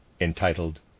entitled